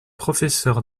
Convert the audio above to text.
professeur